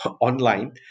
online